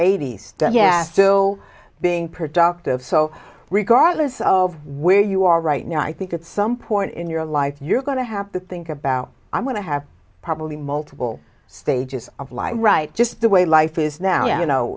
eighty's yeah still being productive so regardless of where you are right now i think at some point in your life you're going to have to think of now i'm going to have probably multiple stages of life right just the way life is now you know